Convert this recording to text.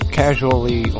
casually